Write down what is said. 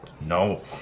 No